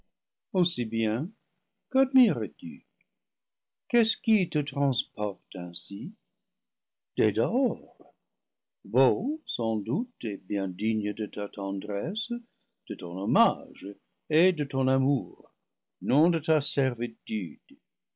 aussi bien quadmires tu qu'est-ce qui te transporte ainsi des dehors beaux sans doute et bien dignes de ta tendresse de ton hommage et de ton amour non de ta servitude